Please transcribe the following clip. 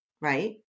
right